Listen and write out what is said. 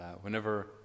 whenever